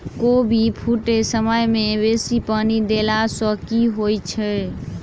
कोबी फूटै समय मे बेसी पानि देला सऽ की होइ छै?